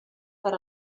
per